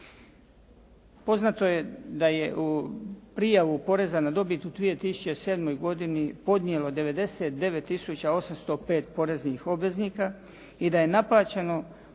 Poznato je da je u prijavu poreza na dobit u 2007. godini podnijelo 99 tisuća 805 poreznih obveznika i da je naplaćeno